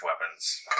weapons